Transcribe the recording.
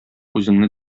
үзеңне